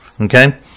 Okay